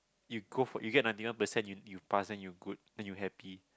you go for you get ninety one percent you you pass then you good then you happy